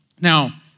Now